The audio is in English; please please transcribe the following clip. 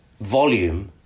volume